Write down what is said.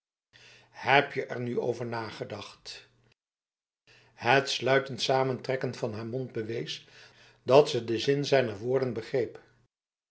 heb je er nu over nagedacht het sluitend samentrekken van haar mond bewees dat ze de zin zijner woorden begreep